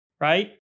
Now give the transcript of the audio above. right